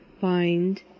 find